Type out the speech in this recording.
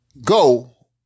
go